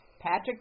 Patrick